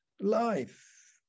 life